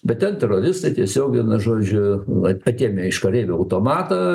bet ten teroristai tiesiog na žodžiu atėmė iš kareivio automatą